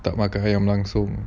tak makan ayam langsung